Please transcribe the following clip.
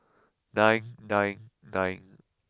nine nine nine